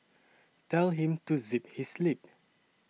tell him to zip his lip